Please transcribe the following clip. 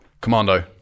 Commando